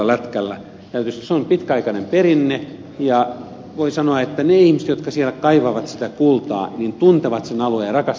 täytyy sanoa että se on pitkäaikainen perinne ja voi sanoa että ne ihmiset jotka siellä kaivavat sitä kultaa tuntevat sen alueen ja rakastavat sitä luontoa